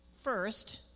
first